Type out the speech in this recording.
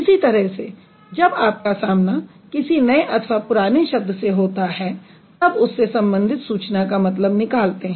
इसी तरह से जब आपका सामना किसी नये अथवा पुराने शब्द से होता है तब आप उससे सम्बंधित सूचना का मतलब निकालते हैं